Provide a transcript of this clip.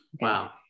wow